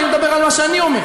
לא, אני מדבר על מה שאני אומר.